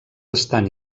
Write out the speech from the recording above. estan